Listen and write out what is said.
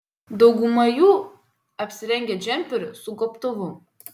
dauguma jų apsirengę džemperiu su gobtuvu